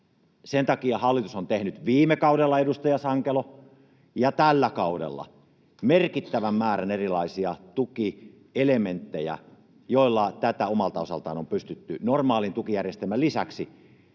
Sen takia hallitus on tehnyt viime kaudella, edustaja Sankelo, ja tällä kaudella merkittävän määrän erilaisia tukielementtejä, joilla omalta osaltaan, normaalin tukijärjestelmän lisäksi,